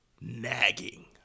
nagging